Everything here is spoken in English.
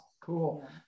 cool